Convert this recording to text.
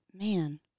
man